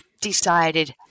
decided